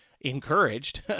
encouraged